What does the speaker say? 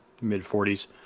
mid-40s